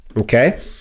Okay